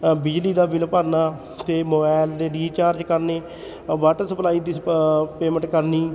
ਬਿਜਲੀ ਦਾ ਬਿੱਲ ਭਰਨਾ ਅਤੇ ਮੋਬਾਇਲ ਦੇ ਰੀਚਾਰਜ ਕਰਨੀ ਅ ਵਾਟਰ ਸਪਲਾਈ ਦੀ ਸਪ ਪੇਮੈਂਟ ਕਰਨੀ